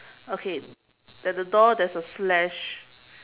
okay at the door there's a slash